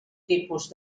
tipus